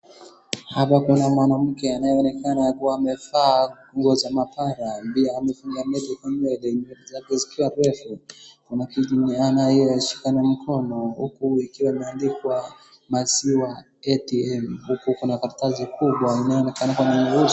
Hapa kuna mwanamke anayeonekana kuwa amevaa nguo za mabara pia amefunga nywele zake zikiwa refu. Kuna kitu yenye anayeshika na mkono huku ikiwa imeandikwa maziwa ATM huku kuna karatasi kubwa inaonekana kama nyeu.